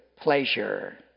pleasure